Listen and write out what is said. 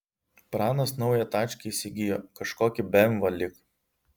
pranas naują tačkę įsigijo kažkokį bemvą lyg